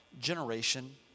generation